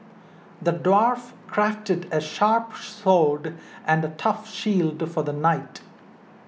the dwarf crafted a sharp sword and a tough shield for the knight